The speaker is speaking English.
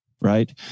right